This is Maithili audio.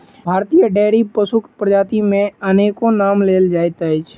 भारतीय डेयरी पशुक प्रजाति मे अनेको नाम लेल जाइत अछि